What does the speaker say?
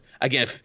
again –